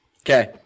Okay